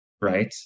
Right